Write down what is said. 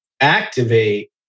activate